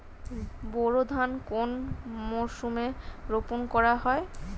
বোরো ধান কোন মরশুমে রোপণ করা হয়?